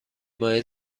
مایع